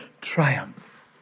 triumph